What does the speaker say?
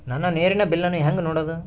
ನನ್ನ ನೇರಿನ ಬಿಲ್ಲನ್ನು ಹೆಂಗ ನೋಡದು?